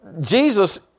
Jesus